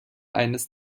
eines